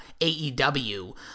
AEW